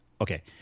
okay